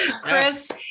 Chris